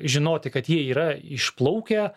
žinoti kad jie yra išplaukę